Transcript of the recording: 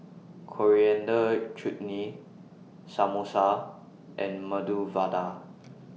Coriander Chutney Samosa and Medu Vada